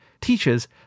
teaches